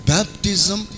Baptism